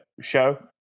show